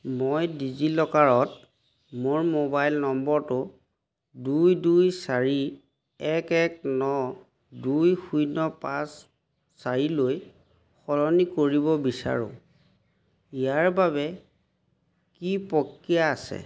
মই ডিজিলকাৰত মোৰ মোবাইল নম্বৰটো দুই দুই চাৰি এক এক ন দুই শূন্য পাঁচ চাৰিলৈ সলনি কৰিব বিচাৰোঁ ইয়াৰ বাবে কি প্ৰক্ৰিয়া আছে